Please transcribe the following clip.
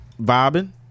vibing